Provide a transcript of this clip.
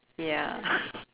ya